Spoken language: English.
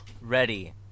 ready